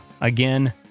Again